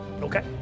Okay